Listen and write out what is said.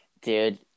dude